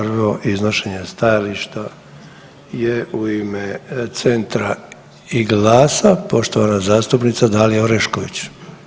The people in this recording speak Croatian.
Prvo iznošenje stajališta je u ime Centra i Glas-a, poštovana zastupnica Dalija Orešković.